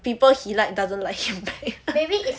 people he like doesn't like him back